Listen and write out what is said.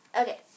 Okay